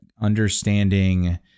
understanding